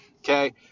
okay